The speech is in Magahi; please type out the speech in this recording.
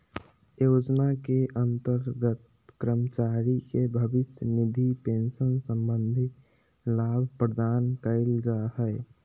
योजना के अंतर्गत कर्मचारी के भविष्य निधि पेंशन संबंधी लाभ प्रदान कइल जा हइ